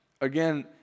Again